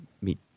meet